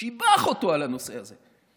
שיבח אותו על הנושא הזה.